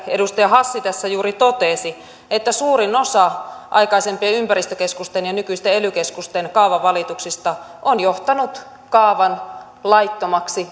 edustaja hassi tässä juuri totesi että suurin osa aikaisempien ympäristökeskusten ja nykyisten ely keskusten kaavavalituksista on johtanut kaavan laittomaksi